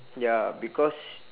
ya because